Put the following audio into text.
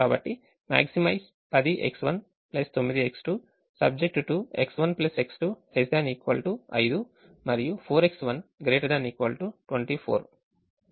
కాబట్టి maximize 10X19X2 subject to X1X2 ≤ 5 మరియు 4X1 ≥ 24